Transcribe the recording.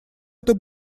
это